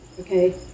okay